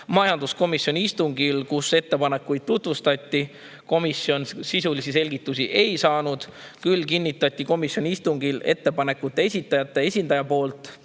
Majanduskomisjoni istungil, kus ettepanekuid tutvustati, komisjon sisulisi selgitusi ei saanud. Küll kinnitas komisjoni istungil ettepanekute esitajate esindaja,